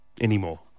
anymore